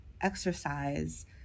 exercise